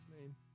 name